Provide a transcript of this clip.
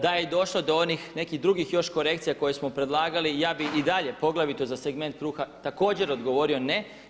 Da je došlo do onih nekih drugih još korekcija koje smo predlagali ja bih i dalje poglavito za segment kruha također odgovorio ne.